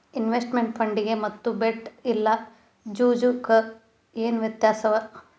Investment ಫಂಡಿಗೆ ಮತ್ತ bet ಇಲ್ಲಾ ಜೂಜು ಕ ಏನ್ ವ್ಯತ್ಯಾಸವ?